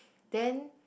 then